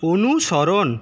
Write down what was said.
অনুসরণ